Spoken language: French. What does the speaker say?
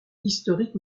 historique